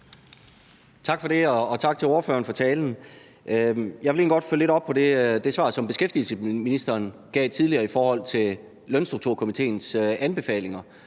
Tak for det, og tak til ordføreren for talen. Jeg vil egentlig godt følge lidt op på det svar, som beskæftigelsesministeren gav tidligere i forhold til Lønstrukturkomitéens anbefalinger,